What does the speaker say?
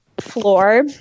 floor